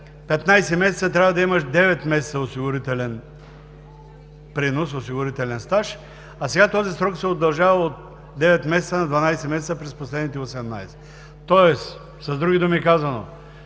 15 месеца трябва да имаш 9 месеца осигурителен принос, осигурителен стаж, а сега този срок се удължава от 9 месеца на 12 месеца през последните 18, тоест, с други думи казано,